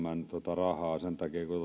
rahaa sen takia kun te olette